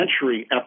century